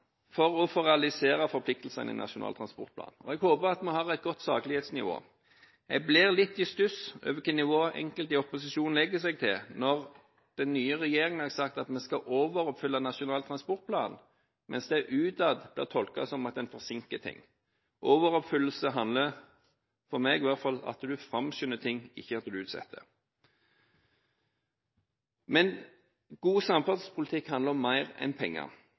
Skal vi få mer gods over på bane, må vi sørge for at den jernbanen vi har, fungerer og er forutsigbar, for da kommer kundene. Jeg inviterer til videre godt samarbeid for å realisere forpliktelsene i Nasjonal transportplan, og jeg håper at vi får et godt saklighetsnivå. Jeg blir litt i stuss over hvilket nivå enkelte i opposisjonen legger seg på, når den nye regjeringen har sagt at vi skal overoppfylle Nasjonal transportplan, mens det utad blir tolket som at man forsinker ting. Overoppfyllelse handler, i